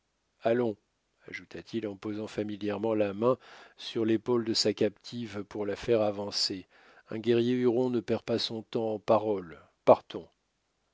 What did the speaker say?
allons ajouta-t-il en posant familièrement la main sur l'épaule de sa captive pour la faire avancer un guerrier huron ne perd pas son temps en paroles partons